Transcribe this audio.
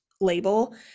label